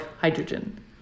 hydrogen